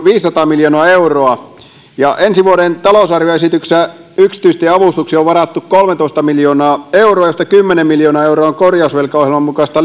viisisataa miljoonaa euroa ensi vuoden talousarvioesityksessä yksityistieavustuksiin on varattu kolmetoista miljoonaa euroa joista kymmenen miljoonaa euroa on korjausvelkaohjelman mukaista